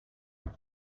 base